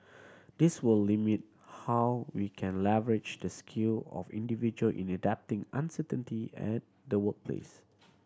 this will limit how we can leverage the skill of individual in adapting uncertainty at the workplace